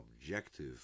objective